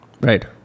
Right